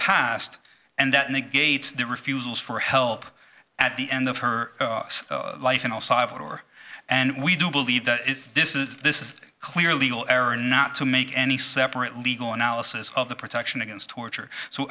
past and that negates the refusals for help at the end of her life in el salvador and we do believe that this is this is a clear legal error not to make any separate legal analysis of the protection against torture so